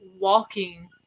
walking